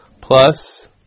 plus